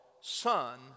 son